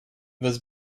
was